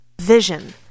vision